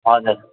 हजुर